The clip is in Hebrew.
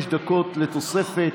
הם בסך הכול קיבלו 25 דקות לתוספת.